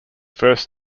first